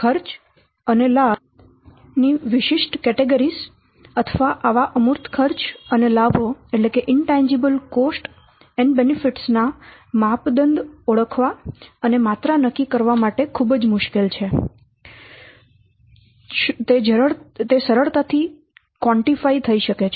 તો ખર્ચ અને લાભો ની વિશિષ્ટ કેટેગરીઝ અથવા આવા અમૂર્ત ખર્ચ અને લાભો ના માપદંડ ઓળખવા અને માત્રા નક્કી કરવા માટે ખૂબ જ મુશ્કેલ છે શું તે સરળતાથી જથ્થાબંધ થઈ શકે છે